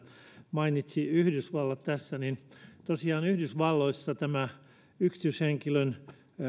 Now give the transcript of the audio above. mainitsi yhdysvallat tässä niin tosiaan yhdysvalloissa tämä yksityishenkilön